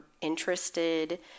interested